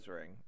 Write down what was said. ring